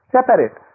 Separate